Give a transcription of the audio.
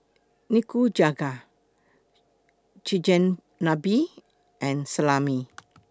Nikujaga Chigenabe and Salami